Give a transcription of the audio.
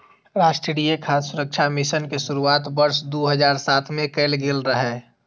राष्ट्रीय खाद्य सुरक्षा मिशन के शुरुआत वर्ष दू हजार सात मे कैल गेल रहै